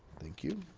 thank you,